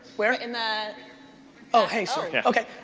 where? in the oh, hey sorry. yeah okay,